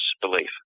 belief